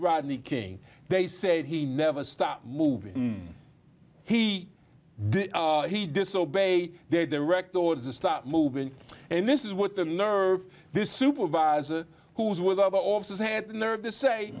rodney king they said he never stopped moving he did he disobeyed their direct orders to stop moving and this is what the nerve this supervisor who is with other officers had the nerve to say